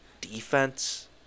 defense